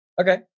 Okay